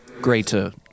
greater